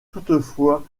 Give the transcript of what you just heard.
toutefois